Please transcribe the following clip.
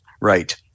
Right